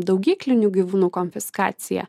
daugyklinių gyvūnų konfiskacija